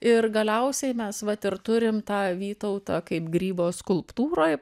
ir galiausiai mes vat ir turim tą vytautą kaip grybo skulptūroj